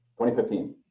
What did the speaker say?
2015